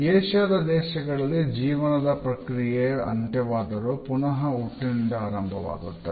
ಏಷ್ಯಾದ ದೇಶಗಳಲ್ಲಿ ಜೀವನದ ಪ್ರಕ್ರಿಯೆ ಅಂತ್ಯವಾದರೂ ಪುನಹ ಹುಟ್ಟಿನಿಂದ ಆರಂಭವಾಗುತ್ತದೆ